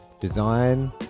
design